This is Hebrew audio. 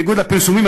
בניגוד לפרסומים,